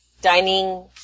dining